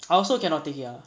I also cannot take it uh